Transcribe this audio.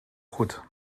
goed